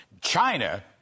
China